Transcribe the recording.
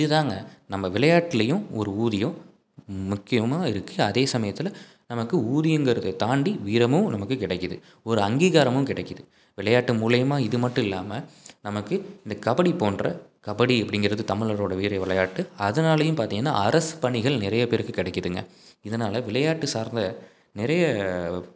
இது தாங்க நம்ம விளையாட்டுலேயும் ஒரு ஊதியம் முக்கியமாக இருக்குது அதே சமயத்தில் நமக்கு ஊதியங்கிறதை தாண்டி வீரமும் நமக்கு கிடைக்கிது ஒரு அங்கீகாரமும் கிடைக்கிது விளையாட்டு மூலிமா இது மட்டும் இல்லாமல் நமக்கு இந்த கபடி போன்ற கபடி அப்படிங்கிறது தமிழரோட வீர விளையாட்டு அதனாலேயும் பார்த்திங்கன்னா அரசு பணிகள் நிறைய பேருக்கு கிடைக்கிதுங்க இதனால விளையாட்டு சார்ந்த நிறைய